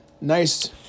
nice